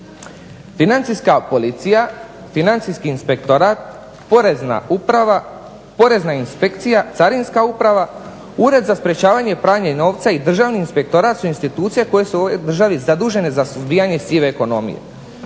Financijska policija, financijski inspektorat, Porezna uprava, Porezna inspekcija, Carinska uprava, Ured za sprečavanja pranja novca i Državni inspektorat su institucije koje su u ovoj državi zadužene za suzbijanje sive ekonomije.